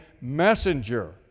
messenger